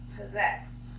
possessed